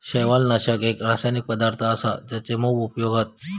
शैवालनाशक एक रासायनिक पदार्थ असा जेचे मोप उपयोग हत